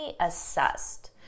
assessed